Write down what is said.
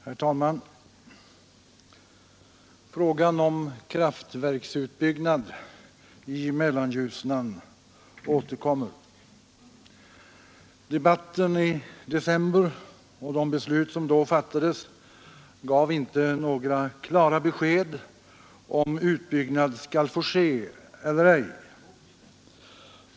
Herr talman! Frågan om kraftverksutbyggnad i Mellanljusnan återkommer. Debatten i höstas och de beslut som då fattades gav inte några klara besked om utbyggnad skall få ske eller ej.